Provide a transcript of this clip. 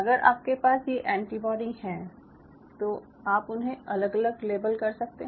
अगर आपके पास ये एंटीबाडी हैं तो आप उन्हें अलग अलग लेबल कर सकते हैं